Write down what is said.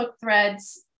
threads